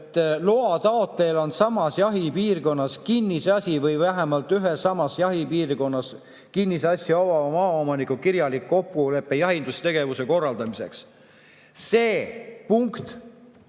et loa taotlejal on samas jahipiirkonnas kinnisasi või vähemalt ühe samas jahipiirkonnas kinnisasja omava maaomanikuga kirjalik kokkulepe jahindustegevuse korraldamiseks [tema